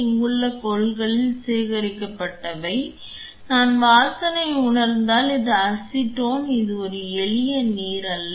இங்குள்ள கொள்கலனில் சேகரிக்கப்பட்டவை நான் வாசனையை உணர்ந்தால் இது அசிட்டோன் இது ஒரு எளிய நீர் அல்ல